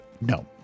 No